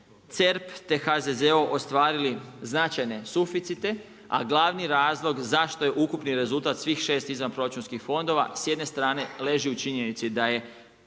CERP, te HZZO ostvarili značajne suficite a glavni razlog zašto je ukupni rezultat svih 6 izvanproračunskih fondova s jedne strane leži u činjenici da je